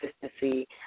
consistency